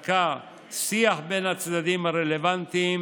ובשיח בין הצדדים הרלוונטיים